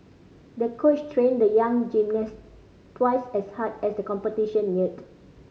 the coach trained the young gymnast twice as hard as the competition neared